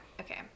Okay